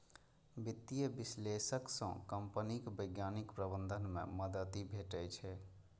वित्तीय विश्लेषक सं कंपनीक वैज्ञानिक प्रबंधन मे मदति भेटै छै